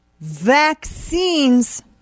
vaccines